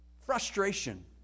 frustration